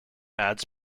adds